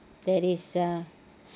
that is uh